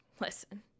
listen